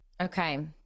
Okay